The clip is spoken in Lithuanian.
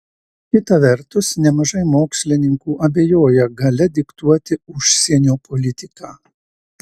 kita vertus nemažai mokslininkų abejoja galia diktuoti užsienio politiką